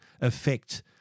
affect